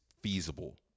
feasible